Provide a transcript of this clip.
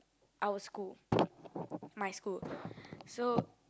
our school my school so